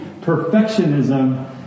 perfectionism